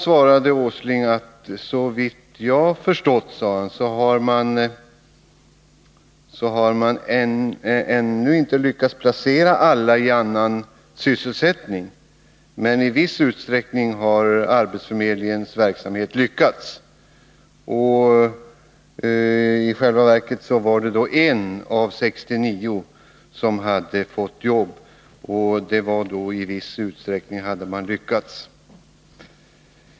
Herr Åsling svarade: Såvitt jag har förstått har man inte lyckats placera alla i annan sysselsättning, men i viss utsträckning har arbetsförmedlingens verksamhet lyckats. I själva verket var det en av 69 som hade fått jobb. Det betydde då att man i viss utsträckning hade lyckats.